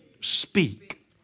Speak